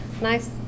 nice